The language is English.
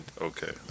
Okay